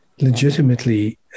legitimately